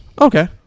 Okay